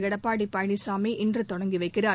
எடப்பாடி பழனிசாமி இன்று தொடங்கி வைக்கிறார்